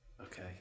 Okay